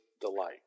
delight